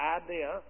idea